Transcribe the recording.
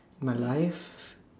my life